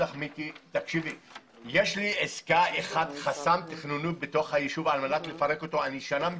יש לי עסקה אחת שהיא חסם תכנוני ביישוב שאני מנסה לפרק אותו במשך שנה.